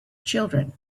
children